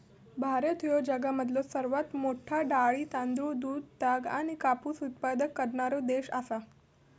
भारत ह्यो जगामधलो सर्वात मोठा डाळी, तांदूळ, दूध, ताग आणि कापूस उत्पादक करणारो देश आसा